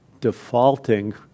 defaulting